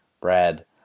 Brad